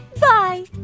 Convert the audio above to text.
Bye